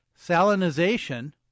salinization